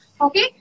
okay